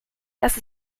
dass